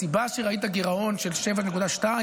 הסיבה שראית גירעון של 7.2,